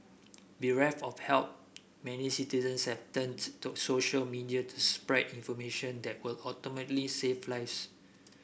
bereft of help many citizens have turned to social media to spread information that would ultimately save lives